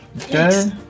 Okay